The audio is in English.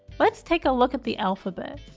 let's take a look at the alphabet,